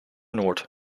noord